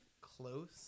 close